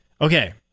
Okay